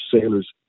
sailors